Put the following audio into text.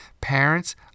Parents